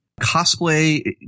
cosplay